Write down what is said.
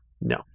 no